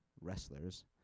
wrestlers